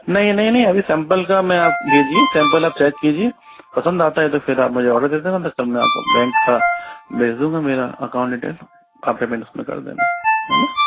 नहीं नहीं नहीं अभी सेम्पल का मैं आप भेजिए सेम्पल आप चेक कीजिए पसंद आता है तो फिर आप मुझे ऑर्डर दे देना में सब में आता हूँ बेंक भेज दूँगा मेरा अकाउंट डेटेल्स आप पेमेंट उसमें कर देना है ना